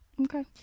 Okay